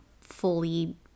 fully